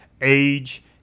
age